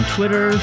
Twitter